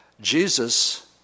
Jesus